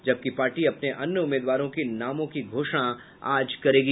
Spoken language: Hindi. जबकि पार्टी अपने अन्य उम्मीदवारों के नामों की घोषणा आज करेगी